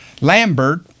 Lambert